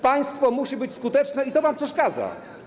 Państwo musi być skuteczne i to wam przeszkadza.